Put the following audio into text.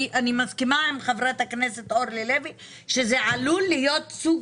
אני מסכימה עם חברת הכנסת אורלי לוי שזה עלול להיות סוג